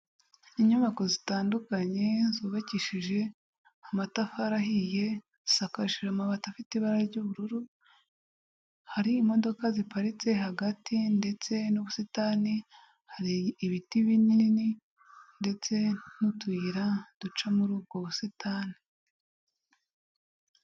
Inyubako zitandukanye zubakishije amatafari ahiye, isakaje amabati afite ibara ry'ubururu, hari imodoka ziparitse hagati ndetse n'ubusitani, hari ibiti binini ndetse n'utuyira duca muri ubwo busitani.